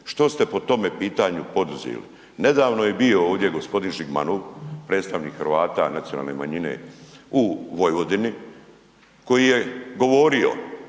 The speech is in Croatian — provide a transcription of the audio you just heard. Što ste po tome pitanju poduzeli? Nedavno je bio ovdje g. Žigmanov, predstavnik Hrvata, nacionalne manjine u Vojvodini, koji je govorio,